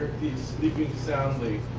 is sleeping soundly.